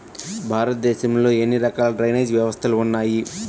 భారతదేశంలో ఎన్ని రకాల డ్రైనేజ్ వ్యవస్థలు ఉన్నాయి?